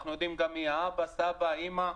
אנחנו גם יודעים מי האבא, סבא, אימא.